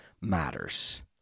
matters